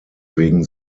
wegen